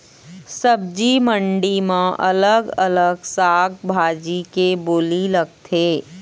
सब्जी मंडी म अलग अलग साग भाजी के बोली लगथे